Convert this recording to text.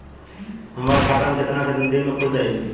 हमर खाता कितना केतना दिन में खुल जाई?